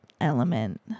element